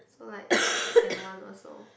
so like sian one also